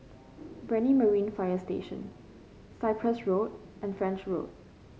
Brani Marine Fire Station Cyprus Road and French Road